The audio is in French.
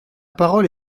parole